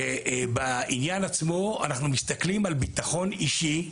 בעניין עצמו אנחנו מסתכלים על ביטחון אישי,